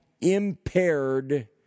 impaired